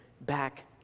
back